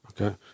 Okay